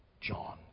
John